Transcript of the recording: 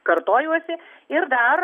kartojuosi ir dar